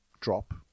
drop